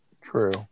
True